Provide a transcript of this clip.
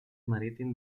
marítim